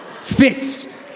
fixed